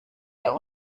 der